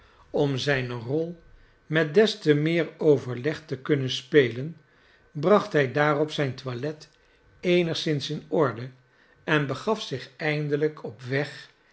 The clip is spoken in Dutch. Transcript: om zijne rol met des te meer overleg te kunnen spelen bracht daarop zijn toilet eenigszins in orde en begaf zich eindelijk op weg